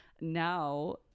now